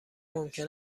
ممکن